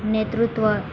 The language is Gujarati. નેતૃત્વ